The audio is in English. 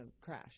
crash